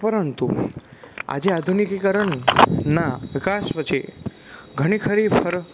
પરંતુ આજે આધુનિકીકરણ ના પ્રકાશ પછી ઘણી ખરી ફરક